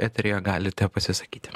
eteryje galite pasisakyti